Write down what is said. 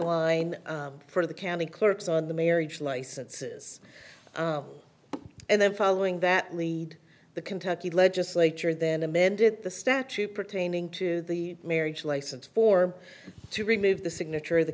line for the county clerk's on the marriage licenses and then following that lead the kentucky legislature then amended the statute pertaining to the marriage license for him to remove the signature of the